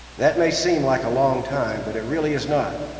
that may seem like a long time but it really is not.